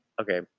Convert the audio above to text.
okay